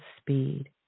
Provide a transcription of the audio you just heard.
speed